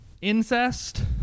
incest